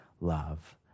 love